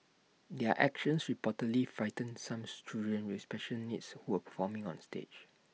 their actions reportedly frightened some children with special needs who were performing on stage